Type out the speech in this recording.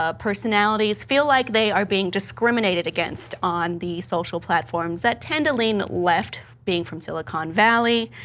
ah personalities feel like they are being discriminated against on the social platform that tends to lead left being from silicon valley